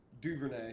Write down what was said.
Duvernay